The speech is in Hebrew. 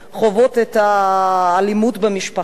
חוות את האלימות במשפחה,